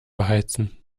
beheizen